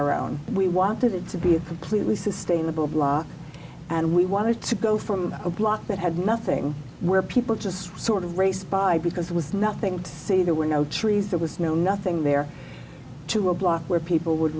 our own we wanted it to be a completely sustainable block and we wanted to go from a block that had nothing where people just sort of race by because there was nothing to see there were no trees there was no nothing there to block where people would